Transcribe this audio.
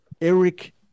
Eric